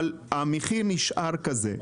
אבל המחיר נשאר כזה.